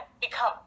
become